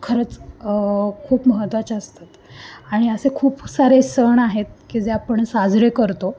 खरंच खूप महत्वाच्या असतात आणि असे खूप सारे सण आहेत की जे आपण साजरे करतो